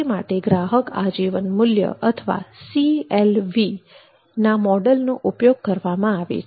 તે માટે ગ્રાહક આજીવન મૂલ્ય અથવા CLV ના મોડલનો ઉપયોગ કરવામાં છે